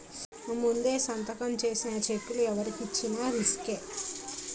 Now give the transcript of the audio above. ముందే సంతకం చేసిన చెక్కులు ఎవరికి ఇచ్చిన రిసుకే